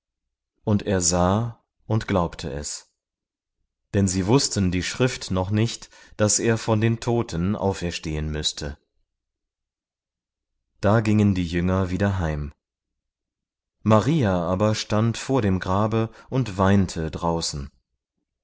und er sah und glaubte es denn sie wußten die schrift noch nicht daß er von den toten auferstehen müßte da gingen die jünger wieder heim maria aber stand vor dem grabe und weinte draußen